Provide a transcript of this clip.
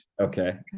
Okay